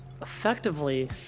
Effectively